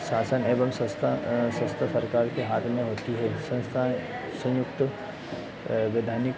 शासन एवं संस्था संस्था सरकार के हाथ में होती है संस्थाएँ संयुक्त वैधानिक